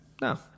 No